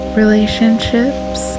relationships